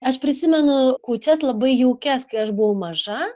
aš prisimenu kūčias labai jaukias kai aš buvau maža